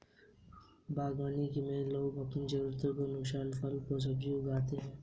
बागवानी में लोग अपनी जरूरत के अनुसार फल, फूल, सब्जियां आदि उगाते हैं